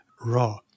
raw